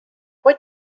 what